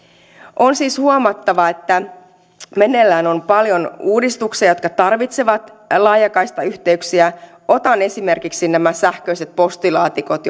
on siis huomattava että meneillään on paljon uudistuksia jotka tarvitsevat laajakaistayhteyksiä otan esimerkiksi nämä sähköiset postilaatikot